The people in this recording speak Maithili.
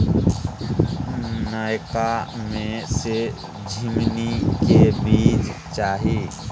नयका में से झीमनी के बीज चाही?